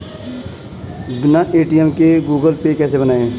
बिना ए.टी.एम के Google Pay कैसे बनायें?